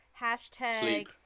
hashtag